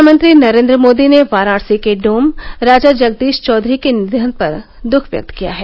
प्रधानमंत्री नरेन्द्र मोदी ने वाराणसी के डोम राजा जगदीश चौधरी के निधन पर दुःख व्यक्त किया है